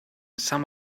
some